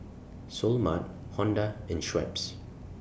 Seoul Mart Honda and Schweppes